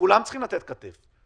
כולם צריכים לתת כתף,